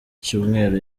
cyumweru